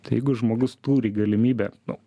tai jeigu žmogus turi galimybę nu